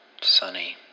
Sunny